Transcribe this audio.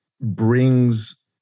brings